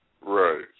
Right